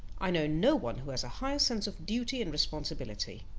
i know no one who has a higher sense of duty and responsibility.